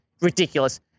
Ridiculous